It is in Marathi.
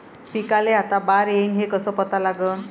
पिकाले आता बार येईन हे कसं पता लागन?